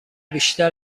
بیشتر